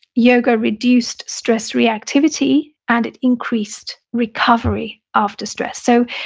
yoga reduced stress reactivity and it increased recovery after stress so,